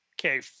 Okay